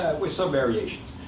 with some variations.